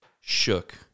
shook